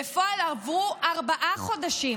בפועל עברו ארבעה חודשים.